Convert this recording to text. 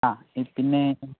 ആ പിന്നെ